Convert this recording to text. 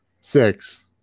Six